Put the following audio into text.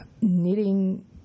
knitting